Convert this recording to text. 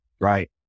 right